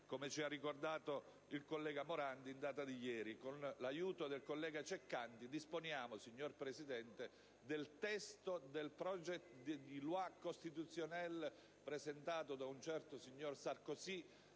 come ci ha ricordato il collega Morando in data di ieri. Con l'aiuto del collega Ceccanti disponiamo, signor Presidente, del testo del *projet de loi constitutionnelle* presentato da una certo signor Sarkozy